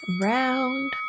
Round